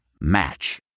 Match